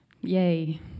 Yay